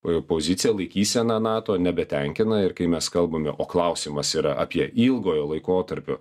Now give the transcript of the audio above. o po pozicija laikysena nato nebetenkina ir kai mes kalbame o klausimas yra apie ilgojo laikotarpio